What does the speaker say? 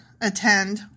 attend